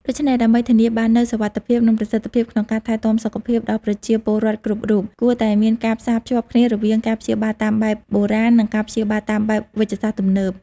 ដូច្នេះ ដើម្បីធានាបាននូវសុវត្ថិភាព និងប្រសិទ្ធភាពក្នុងការថែទាំសុខភាពដល់ប្រជាពលរដ្ឋគ្រប់រូប គួរតែមានការផ្សារភ្ជាប់គ្នារវាងការព្យាបាលតាមបែបបុរាណ និងការព្យាបាលតាមបែបវេជ្ជសាស្ត្រទំនើប។